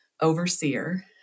Overseer